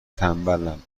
تنبلم